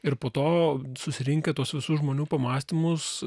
ir po to susirinkę tuos visų žmonių pamąstymus